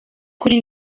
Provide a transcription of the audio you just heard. kuri